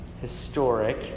historic